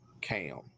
Cam